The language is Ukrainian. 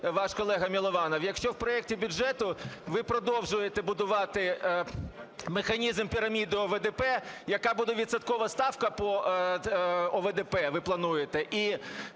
ваш колега Милованов, якщо в проекті бюджету ви продовжуєте будувати механізм пірамідного ОВДП? Яка буде відсоткова ставка по ОВДП, ви плануєте? І